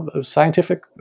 scientific